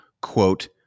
quote